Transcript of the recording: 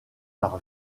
par